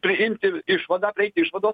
priimti išvadą prieiti išvados